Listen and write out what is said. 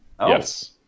Yes